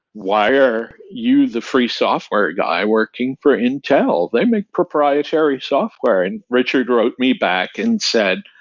why are you the free software guy working for intel? they make proprietary software? and richard wrote me back and said,